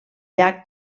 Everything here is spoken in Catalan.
llac